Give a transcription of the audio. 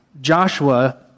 Joshua